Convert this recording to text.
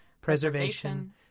preservation